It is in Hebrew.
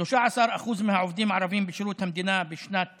13% מהעובדים הערבים בשירות המדינה בשנת